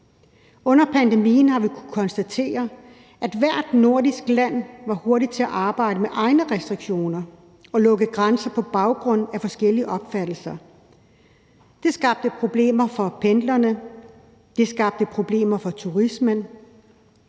Under pandemien har vi kunnet konstatere, at hvert nordisk land var hurtigt til at arbejde med egne restriktioner og lukke grænser på baggrund af forskellige opfattelser. Det skabte problemer for pendlerne, det skabte problemer for turismen,